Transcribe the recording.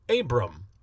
Abram